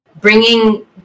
bringing